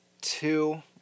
two –